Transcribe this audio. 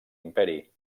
imperi